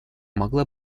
могла